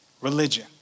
religion